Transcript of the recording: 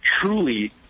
truly